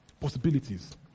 Possibilities